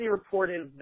reported